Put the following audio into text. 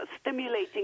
stimulating